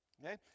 Okay